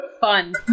fun